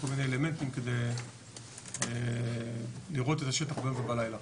כל מיני אלמנטים כדי לראות את השטח ביום ובלילה.